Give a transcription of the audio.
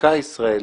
החקיקה הישראלית,